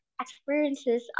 experiences